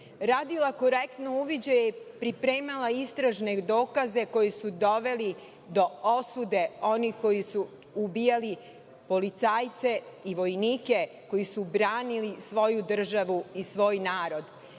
radila korektno uviđaje, pripremala istražne dokaze koji su doveli do osude onih koji su ubijali policajce i vojnike koji su branili svoju državu i svoj narod. Da